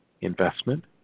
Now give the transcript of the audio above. investment